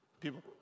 people